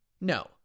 No